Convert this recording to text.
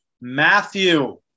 Matthew